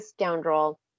scoundrel